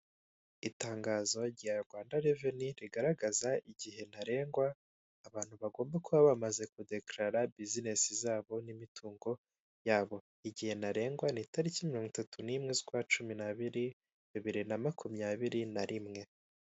Itangazo rya Rwanda reveni rigaragaza igihe ntarengwa abantu bagomba kuba bamaze kudekarara buzinesi zabo n'imitungo yabo, igihe ntarengwa ni itariki mirongo itatu n'imwe' z'ukwa cumi n'abiri, bibiri na makumyabiri nari rimwe.